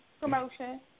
promotion